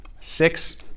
six